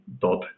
dot